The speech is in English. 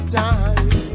time